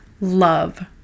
love